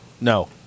No